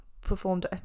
performed